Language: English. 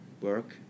work